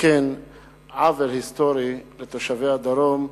לתקן עוול היסטורי לתושבי הדרום,